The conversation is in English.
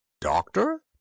Doctor